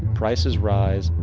prices rise,